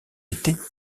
était